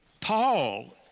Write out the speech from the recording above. Paul